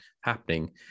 happening